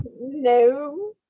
No